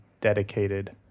dedicated